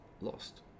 lost